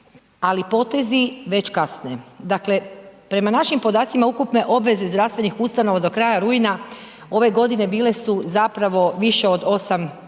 ali potezi već kasne, dakle prema našim podacima ukupne obveze zdravstvenih ustanova do kraja rujna ove godine bile su zapravo više od 8 milijardi